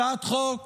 הצעת חוק